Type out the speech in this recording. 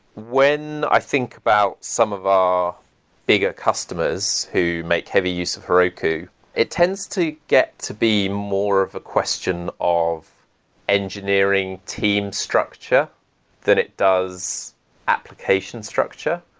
when i think about some of our bigger customers who make heavy use of heroku it tends to get to be more of a question of engineering team structure than it does application structure.